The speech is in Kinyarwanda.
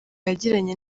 yagiranye